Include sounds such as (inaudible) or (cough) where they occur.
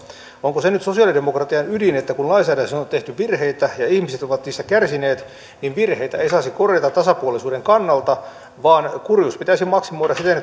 onko se nyt sosialidemokratian ydin että kun lainsäädännössä on on tehty virheitä ja ihmiset ovat niistä kärsineet niin virheitä ei saisi korjata tasapuolisuuden kannalta vaan kurjuus pitäisi maksimoida siten (unintelligible)